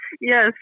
Yes